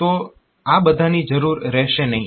તો આ બધાની જરૂર રહેશે નહીં